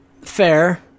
fair